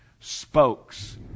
spokes